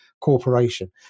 corporation